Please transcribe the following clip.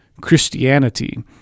Christianity